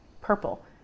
purple